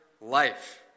life